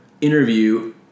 interview